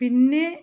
പിന്നെ